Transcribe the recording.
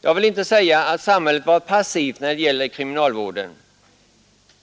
Jag vill inte säga att samhället varit passivt när det gäller kriminalvården.